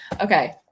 Okay